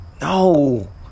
No